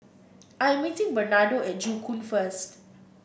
I'm meeting Bernardo at Joo Koon first